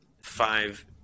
five